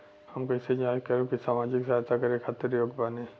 हम कइसे जांच करब की सामाजिक सहायता करे खातिर योग्य बानी?